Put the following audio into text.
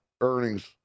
earnings